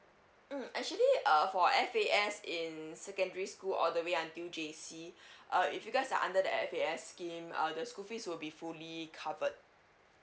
mm actually uh for F_A_S in secondary school all the way until J_C uh if you guys are under the F_A_S scheme uh the school fees will be fully covered